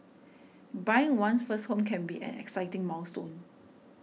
buying one's first home can be an exciting milestone